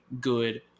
good